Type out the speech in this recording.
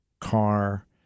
car